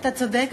אתה צודק,